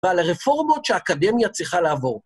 ועל הרפורמות שהאקדמיה צריכה לעבור.